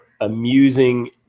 amusing